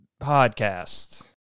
podcast